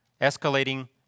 Escalating